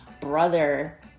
brother